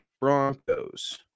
Broncos